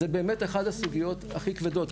זה באמת אחד הסוגיות הכי כבדות,